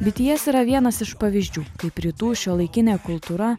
bts yra vienas iš pavyzdžių kaip rytų šiuolaikinė kultūra